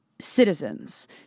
citizens